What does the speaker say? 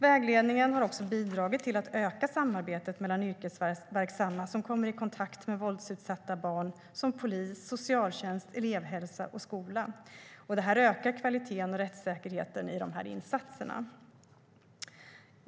Vägledningen har även bidragit till att öka samarbetet mellan yrkesverksamma som kommer i kontakt med våldsutsatta barn såsom polis, socialtjänst, elevhälsa och skola, vilket ökat kvaliteten och rättssäkerheten i de gemensamma insatserna.